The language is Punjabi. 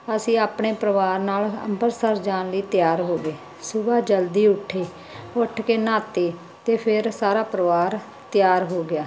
ਅਸੀਂ ਆਪਣੇ ਪਰਿਵਾਰ ਨਾਲ ਅੰਬਰਸਰ ਜਾਣ ਲਈ ਤਿਆਰ ਹੋ ਗਏ ਸੂਬਹਾ ਜਲਦੀ ਉੱਠੇ ਉੱਠ ਕੇ ਨਾਤੇ ਤੇ ਫੇਰ ਸਾਰਾ ਪਰਿਵਾਰ ਤਿਆਰ ਹੋ ਗਿਆ